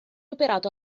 operato